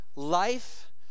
Life